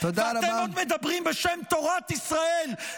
ואתם עוד מדברים בשם תורת ישראל,